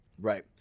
Right